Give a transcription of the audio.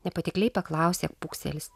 nepatikliai paklausė pūkselis